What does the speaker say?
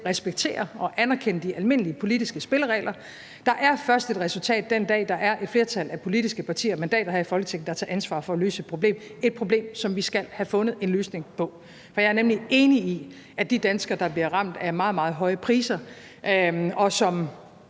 respektere og anerkende de almindelige politiske spilleregler. Der er først et resultat, den dag der er et flertal af politiske partier og mandater her i Folketinget, der tager ansvar for at løse et problem; et problem, som vi skal have fundet en løsning på. For jeg er nemlig enig i, at de danskere, der bliver ramt af meget, meget høje priser, og som